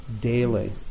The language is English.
daily